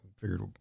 figured